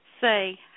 Say